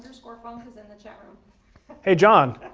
underscorefunk is in the chat room. hey, john,